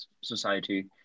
society